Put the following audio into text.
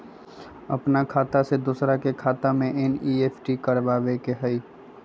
अपन खाते से दूसरा के खाता में एन.ई.एफ.टी करवावे के हई?